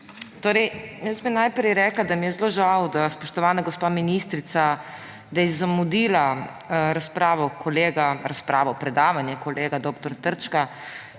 večer! Jaz bi najprej rekla, da mi je zelo žal, da je spoštovana gospa ministrica zamudila razpravo, predavanje kolega dr. Trčka,